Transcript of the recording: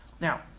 Now